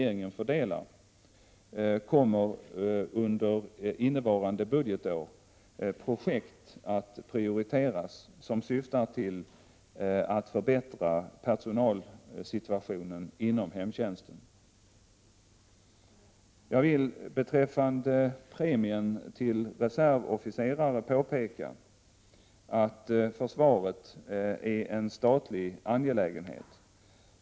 1987/88:33 regeringen fördelar kommer under innevarande budgetår projekt att priori 27 november 1987 teras som syftar till att förbättra personalsituationen inom hemtjänsten. rr Jag vill beträffande premien till reservofficerare påpeka att försvaret är en sjöng Bgärder far a §& ä star RE ä främja rekryteringen statlig angelägenhet.